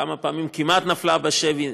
כמה פעמים כמעט נפלה בשבי,